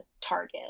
target